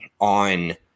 on